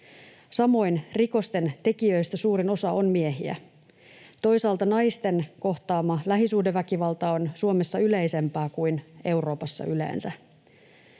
Samoin rikosten tekijöistä suurin osa on miehiä. Toisaalta naisten kohtaama lähisuhdeväkivalta on Suomessa yleisempää kuin Euroopassa yleensä.